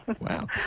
wow